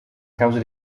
causa